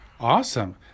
Awesome